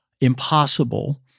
impossible